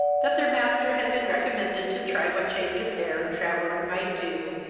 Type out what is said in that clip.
that their master had been recommended to try what change of air and travelling might do,